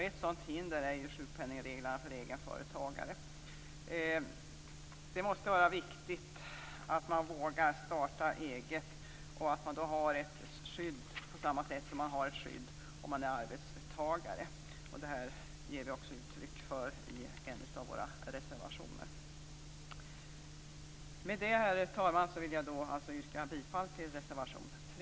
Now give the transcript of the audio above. Ett sådant hinder är sjukpenningreglerna för egenföretagare. Det är viktigt att man vågar starta eget och att man då har ett skydd, precis som man har ett skydd om man är arbetstagare. Detta ger vi uttryck för i en av våra reservationer. Med detta, herr talman, yrkar jag bifall till reservation 3.